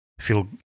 feel